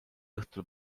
õhtul